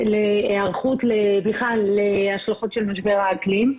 להיערכות בכלל להשלכות של משבר האקלים.